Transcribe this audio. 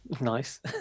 nice